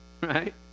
right